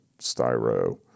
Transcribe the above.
styro